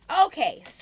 Okay